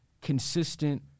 consistent